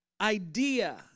idea